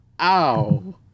ow